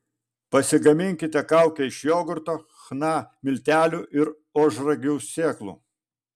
pasigaminkite kaukę iš jogurto chna miltelių ir ožragių sėklų